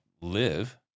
live